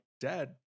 Dad